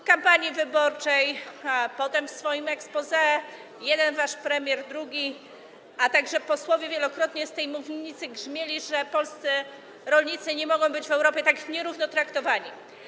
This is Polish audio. W kampanii wyborczej, potem w swoim exposé wasz jeden premier, drugi, a także posłowie wielokrotnie z tej mównicy grzmieli, że polscy rolnicy nie mogą być w Europie tak nierówno traktowani.